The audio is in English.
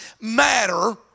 matter